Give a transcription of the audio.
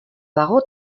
dago